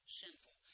sinful